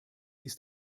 ist